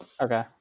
Okay